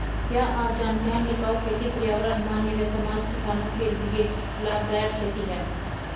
क्या आप जानते है टिकाऊ खेती पर्यावरण, मानवीय समाज, किसानो के लिए लाभदायक खेती है?